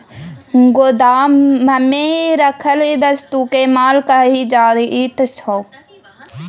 गोदाममे राखल वस्तुकेँ माल कहल जाइत छै